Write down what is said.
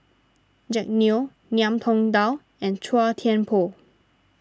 Jack Neo Ngiam Tong Dow and Chua Thian Poh